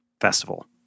festival